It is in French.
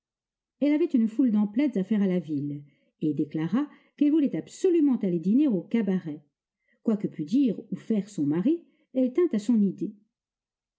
elle avait une foule d'emplettes à faire à la ville et déclara qu'elle voulait absolument aller dîner au cabaret quoi que pût dire ou faire son mari elle tint à son idée